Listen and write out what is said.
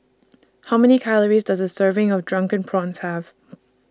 How Many Calories Does A Serving of Drunken Prawns Have